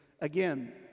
Again